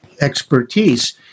expertise